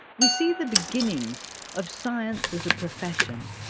we see the beginnings of science as a profession,